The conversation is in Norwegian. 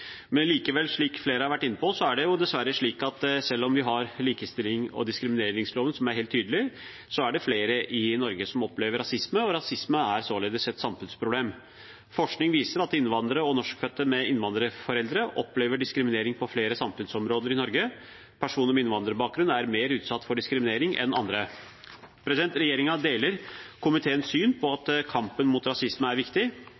Likevel er det, slik flere har vært inne på, dessverre slik at selv om vi har likestillings- og diskrimineringsloven, som er helt tydelig, er det flere i Norge som opplever rasisme, og rasisme er således et samfunnsproblem. Forskning viser at innvandrere og norskfødte med innvandrerforeldre opplever diskriminering på flere samfunnsområder i Norge. Personer med innvandrerbakgrunn er mer utsatt for diskriminering enn andre. Regjeringen deler komiteens syn på at kampen mot rasisme er viktig.